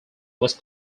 was